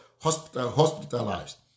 hospitalized